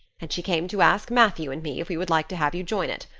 and she came to ask matthew and me if we would like to have you join it.